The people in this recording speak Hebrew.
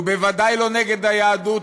הוא בוודאי לא נגד היהדות,